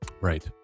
Right